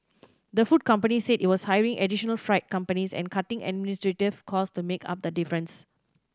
the food company said it was hiring additional freight companies and cutting administrative cost to make up the difference